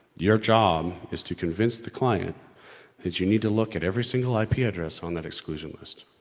your job is to convince the client that you need to look at every single ip-address on that exclusion list.